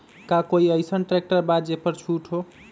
का कोइ अईसन ट्रैक्टर बा जे पर छूट हो?